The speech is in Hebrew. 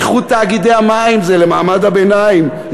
איחוד תאגידי המים זה למעמד הביניים.